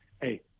hey